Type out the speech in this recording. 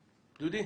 דודי.